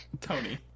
tony